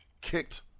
kicked